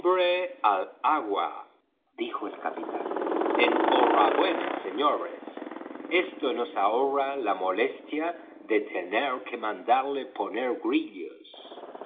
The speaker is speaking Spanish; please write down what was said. agua dijo el capitán en hora buena señores esto nos ahorra la molestia de tener que mandarle poner grillos